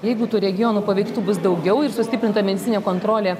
jeigu tų regionų paveiktų bus daugiau ir sustiprinta medicininė kontrolė